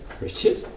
Richard